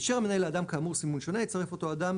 אישר המנהל לאדם כאמור סימון שונה, יצרף אותו אדם